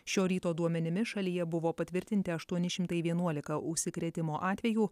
šio ryto duomenimis šalyje buvo patvirtinti aštuoni šimtai vienuolika užsikrėtimo atvejų